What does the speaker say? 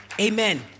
Amen